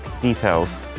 details